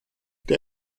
der